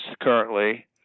currently